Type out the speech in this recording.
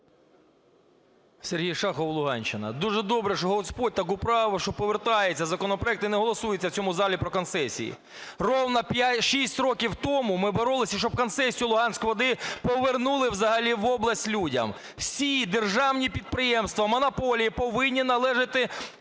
Сергій Шахов, Луганщина. Дуже добре, що Господь так управив, що повертається законопроект і не голосується в цьому залі про концесії. Рівно 6 років тому ми боролися, щоб концесію "Луганськводи" повернули взагалі в область людям. Всі державні підприємства, монополії повинні належати